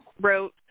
wrote